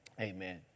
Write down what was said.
Amen